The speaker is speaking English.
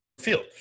field